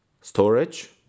storage